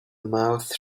mouth